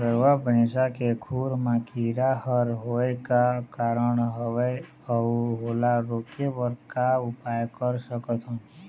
गरवा भैंसा के खुर मा कीरा हर होय का कारण हवए अऊ ओला रोके बर का उपाय कर सकथन?